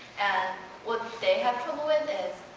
ah what they have trouble with is,